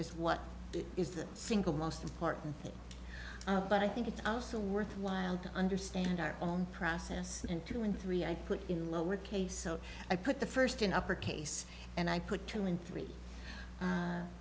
is what is the single most important thing but i think it's also worth while to understand our own process and two and three i put in lowercase so i put the first in upper case and i put two and three